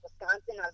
Wisconsin